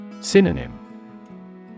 Synonym